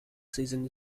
season